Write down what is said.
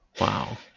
Wow